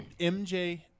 mj